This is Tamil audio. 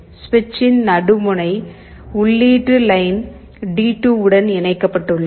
சுவிட்சின் நடு முனை உள்ளீட்டு லைன் டி2 உடன் இணைக்கப்பட்டுள்ளது